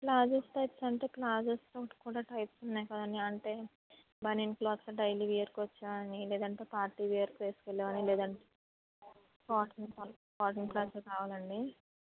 palazzos types అంటే ప్లాజోస్లో types ఉన్నాయి కదండి అంటే బనియన్ క్లాత్స్ అని డైలివేర్కి అని లేదంటే పార్టీ వేర్కి వేసుకు వెళ్ళేవి అని లేదంటే కాటన్ క్లాత్స్ కాటన్ క్లాత్స్ కావాలండి